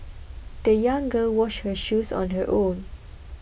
the young girl washed her shoes on her own